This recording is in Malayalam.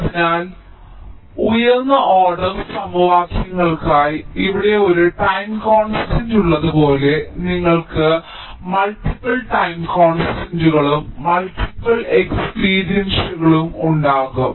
അതിനാൽ ഉയർന്ന ഓർഡർ സമവാക്യങ്ങൾക്കായി ഞങ്ങൾ ഇവിടെ ഒരു ടൈം കോൺസ്റ്റന്റ് ഉള്ളതുപോലെ നിങ്ങൾക്ക് മൾട്ടിപൽ ടൈം കോൺസ്റ്റന്റുകളും മൾട്ടിപൽ എക്സ്പിരിൻഷനുകളും ഉണ്ടാകും